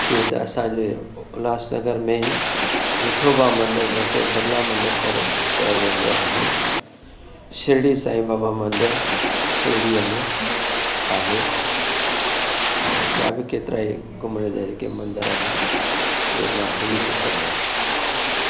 जीअं त असांजे उल्हासनगर में ई विठोबा मंदरु जेके बिरला मंदरु करे चयो वेंदो आहे शिर्डी साई बाबा मंदरु शिर्डीअ में आहे ऐं ॿिया बि केतिरा ई घुमण जा जेके मंदर आहिनि उहे मां घुमी चुको आहियां